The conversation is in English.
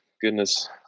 goodness